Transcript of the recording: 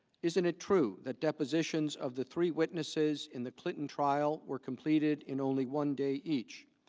isn't it true that depositions of the three witnesses in the clinton trial were completed in only one day each?